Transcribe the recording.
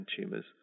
tumors